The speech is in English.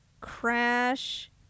crash